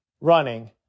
running